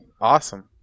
Awesome